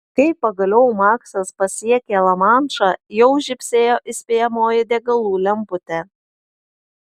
kai pagaliau maksas pasiekė lamanšą jau žybsėjo įspėjamoji degalų lemputė